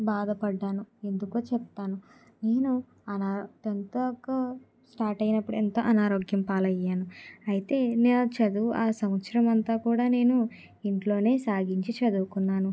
బాధపడ్డాను ఎందుకో చెప్తాను నేను అనా టెన్త్ దాకా స్టార్ట్ అయ్యినప్పుడు ఎంతో అనారోగ్యం పాలైయ్యను అయితే నేను ఆ చదువు ఆ సంవత్సరం అంత కూడా నేను ఇంట్లోనే సాగించి చదువుకున్నాను